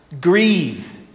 grieve